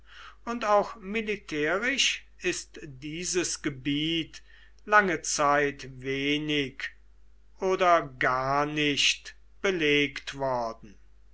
und auch militärisch ist dieses gebiet lange zeit wenig oder gar nicht belegt worden